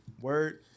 word